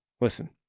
listen